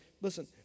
listen